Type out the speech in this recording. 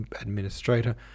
administrator